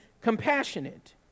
compassionate